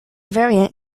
variant